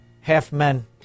half-men